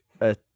a-